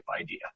idea